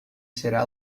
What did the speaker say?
será